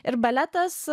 ir baletas